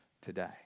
today